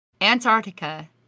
Antarctica